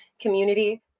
community